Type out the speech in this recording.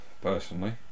personally